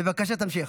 בבקשה, תמשיך.